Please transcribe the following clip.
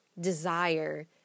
desire